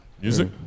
Music